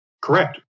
Correct